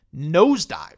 Nosedive